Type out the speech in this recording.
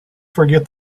forget